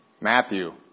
Matthew